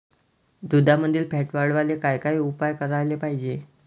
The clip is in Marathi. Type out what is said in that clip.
दुधामंदील फॅट वाढवायले काय काय उपाय करायले पाहिजे?